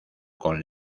con